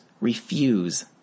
refuse